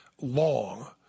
long